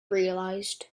realized